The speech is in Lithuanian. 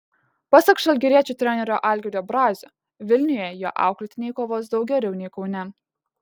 pasak žalgiriečių trenerio algirdo brazio vilniuje jo auklėtiniai kovos daug geriau nei kaune